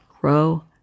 grow